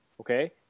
okay